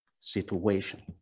situation